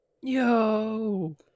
Yo